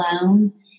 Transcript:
alone